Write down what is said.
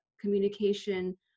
communication